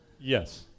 Yes